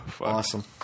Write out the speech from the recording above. Awesome